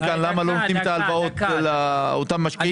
כאן למה לא נותנים הלוואות לאותם משקיעים.